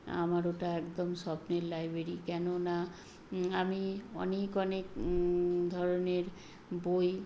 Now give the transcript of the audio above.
আমার ওটা একদম স্বপ্নের লাইব্রেরি কেননা আমি অনেক অনেক ধরনের বই